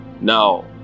Now